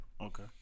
Okay